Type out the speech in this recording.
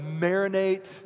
marinate